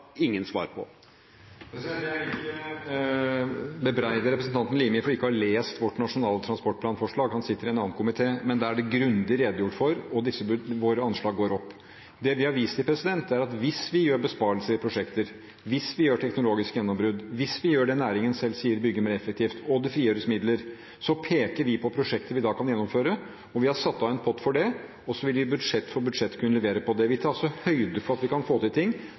ingen svar på. Jeg vil ikke bebreide representanten Limi for ikke å ha lest vårt Nasjonal transportplan-forslag – han sitter i en annen komité – men der er dette grundig redegjort for, og våre anslag går opp. Det vi har vist til, er at hvis vi gjør besparelser i prosjekter, hvis vi gjør teknologiske gjennombrudd, hvis vi gjør det næringen selv sier, å bygge mer effektivt, og det frigjøres midler, så peker vi på prosjekter vi da kan gjennomføre, og vi har satt av en pott til det. Så vil vi i budsjett for budsjett kunne levere på det. Vi tar altså høyde for at vi kan få til ting,